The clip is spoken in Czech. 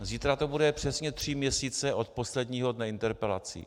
Zítra to bude přesně tři měsíce od posledního dne interpelací.